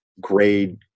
grade